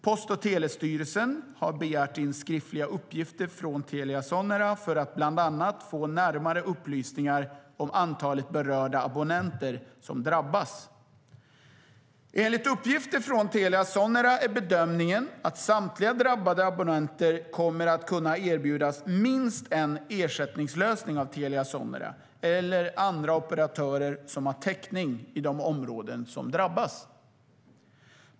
Post och telestyrelsen har begärt in skriftliga uppgifter från Telia Sonera för att bland annat få närmare upplysningar om antalet berörda abonnenter som drabbas. Enligt uppgifter från Telia Sonera är bedömningen att samtliga drabbade abonnenter kommer att kunna erbjudas minst en ersättningslösning av Telia Sonera eller andra operatörer som har täckning i de områden som drabbas.